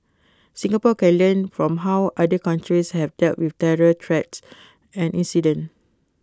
Singapore can learn from how other countries have dealt with terror threats and incident